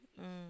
mm